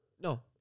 No